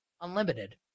Unlimited